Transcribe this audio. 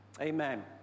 amen